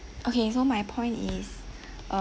okay so my point is